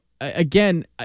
again